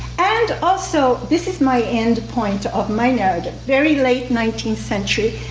and also, this is my end point of my narrative. very late nineteenth century,